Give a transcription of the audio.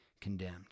condemned